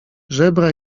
żebra